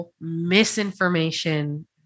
misinformation